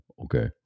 Okay